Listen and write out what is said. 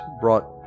brought